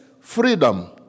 freedom